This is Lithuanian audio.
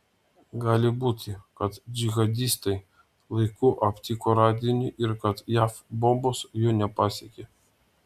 gali būti kad džihadistai laiku aptiko radinį ir kad jav bombos jo nepasiekė